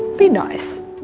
be nice.